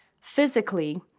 physically